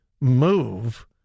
move